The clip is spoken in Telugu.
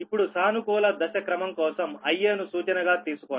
ఇప్పుడు సానుకూల దశ క్రమం కోసం Ia ను సూచన గా తీసుకోండి